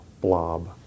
blob